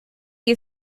you